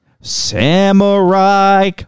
Samurai